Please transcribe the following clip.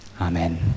Amen